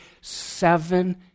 seven